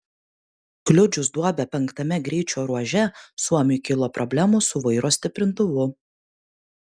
kliudžius duobę penktame greičio ruože suomiui kilo problemų su vairo stiprintuvu